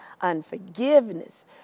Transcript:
unforgiveness